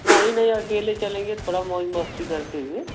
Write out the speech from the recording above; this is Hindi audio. नहीं नहीं अकेले चलेंगे थोड़ा मौज मस्ती करते हुए